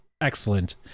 excellent